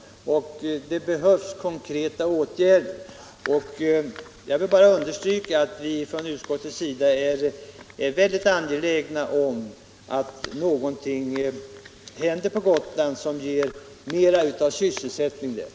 Det behövs konkreta åtgärder. Jag vill understryka att vi från utskottets sida är väldigt angelägna om att någonting händer på Gotland som ger mer av sysselsättning där.